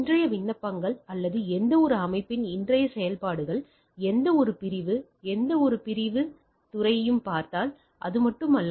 இன்றைய விண்ணப்பங்கள் அல்லது எந்தவொரு அமைப்பின் இன்றைய செயல்பாடுகள் எந்தவொரு பிரிவு எந்தவொரு பிரிவு எந்தவொரு துறையையும் பார்த்தால் அது மட்டுமல்ல